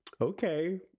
Okay